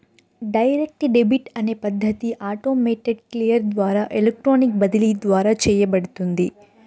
direct debit అనే పద్ధతి automated clear ద్వారా ఎలక్ట్రానిక్ బదిలీ ద్వారా చేయబడుతుంది